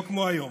לא כמו היום.